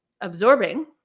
absorbing